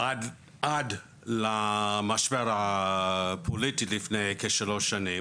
עד למשבר הפוליטי לפני כשלוש שנים,